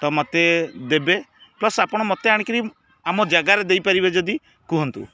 ତ ମତେ ଦେବେ ପ୍ଲସ୍ ଆପଣ ମତେ ଆଣିକିରି ଆମ ଜାଗାରେ ଦେଇପାରିବେ ଯଦି କୁହନ୍ତୁ